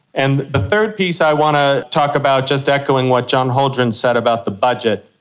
and the third piece i want to talk about, just echoing what john holdren said about the budget,